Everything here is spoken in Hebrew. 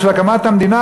בשביל הקמת המדינה,